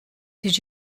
did